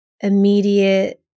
immediate